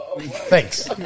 Thanks